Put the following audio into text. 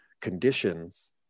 conditions